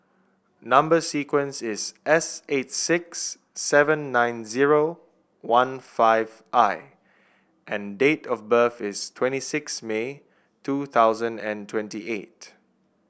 number sequence is S eight six seven nine zero one five I and date of birth is twenty six May two thousand and twenty eight